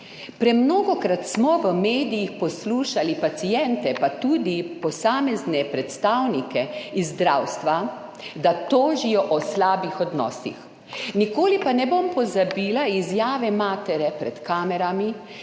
Premnogokrat smo v medijih poslušali paciente, pa tudi posamezne predstavnike iz zdravstva, da tožijo o slabih odnosih. Nikoli pa ne bom pozabila, izjave matere pred kamerami,